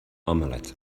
omelette